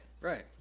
right